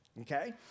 Okay